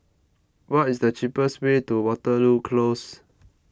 what is the cheapest way to Waterloo Close